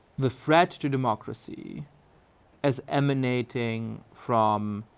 the threat to democracy as emanating from,